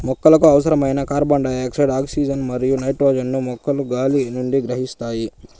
మొక్కలకు అవసరమైన carbon dioxide, oxygen మరియు నైట్రోజన్ ను మొక్కలు గాలి నుండి గ్రహిస్తాయి